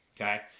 okay